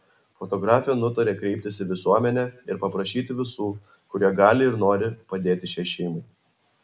fotografė nutarė kreiptis į visuomenę ir paprašyti visų kurie gali ir nori padėti šiai šeimai